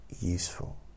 useful